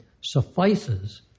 suffices